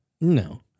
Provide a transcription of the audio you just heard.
No